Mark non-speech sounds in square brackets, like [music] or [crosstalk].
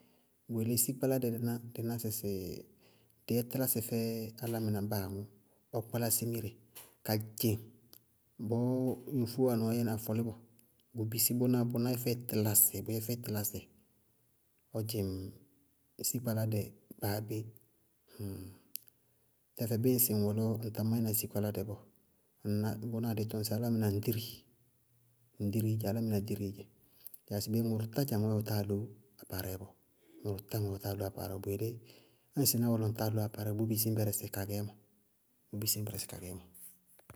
Bʋ yelé síkpáládɛ díná dɩí ná sɩsɩ dɩ yɛ tílásɩí yá fɛ álámɩná báa aŋʋ, ɔ kpálá simire [noise] ka dzɩŋ bɔɔ yofóó wáana ɔɔ yɛ, ɔɔ yɛna fɔlíbɔ, bʋ bisí bʋná yɛ fɛɩ tílásɩ bʋ yɛ fɛɩ tílásɩ ɔ dzɩŋ síkpáládɛ báa bé, [hesitation] tɛfɛ bíɩ ŋ wɛ lɔ ŋ tá máyí na síkpáládɛ bɔɔ, ŋñná bʋnáá dɩí tɔñ sɩ álámɩnáa ŋ ɖíri, ŋ ɖírii dzɛ álámɩná ŋ ɖírii dzɛ. Yáa sɩbé ŋʋrʋ tá dza ŋɔɔ yáa ɔ táa dɔkʋ apaarɛɩ bɔɔ. Ŋʋrʋ tá ŋɔɔ yáa ɔɔtá loó apaarɛɩ bɔɔ bʋ bisí ñ bɛrɛsɩ ka gɛɛmɔ, bʋʋ bisí ñ bɛrɛsɩ ka gɛɛmɔ. [noise]